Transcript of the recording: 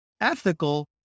ethical